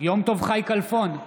יום טוב חי כלפון,